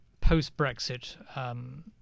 post-Brexit